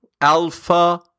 Alpha